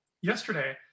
yesterday